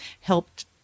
helped